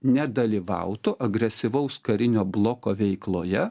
nedalyvautų agresyvaus karinio bloko veikloje